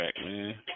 man